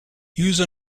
use